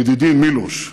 ידידי מילוש,